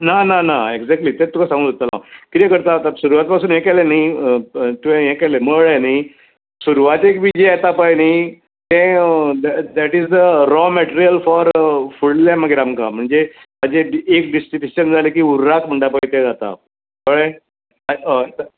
ना ना ना एक्जॅक्टली तेंच तुका सांगूंक सोदतालों हांव कितें करतात सुरवात पासून हें केलें नी तुवें हें केलें न्ही मळ्ळें न्ही सुरवात बी जें येता पळय नी ते uh that is the raw material for फुडलें मागीर आमकां म्हणजे ताजें एक डिस्टिलेशन जालें की उर्राक म्हणटा पळय कळ्ळें तें हय